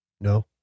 No